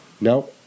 No